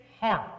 heart